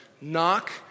Knock